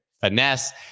finesse